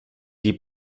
die